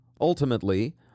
Ultimately